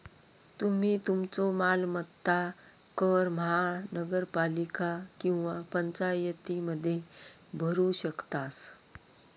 तुम्ही तुमचो मालमत्ता कर महानगरपालिका किंवा पंचायतीमध्ये भरू शकतास